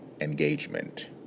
engagement